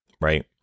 Right